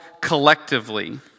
collectively